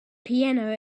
piano